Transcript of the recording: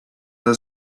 that